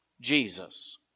Jesus